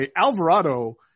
Alvarado